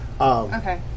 Okay